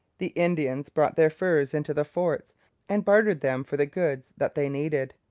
the indians brought their furs into the forts and bartered them for the goods that they needed.